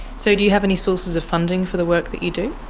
so do you have any sources of funding for the work that you do?